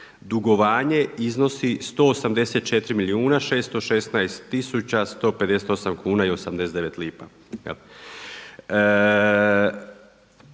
dugovanje iznosi 184 milijuna 616 tisuća 158 kuna i 89 lipa.